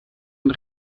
und